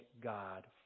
God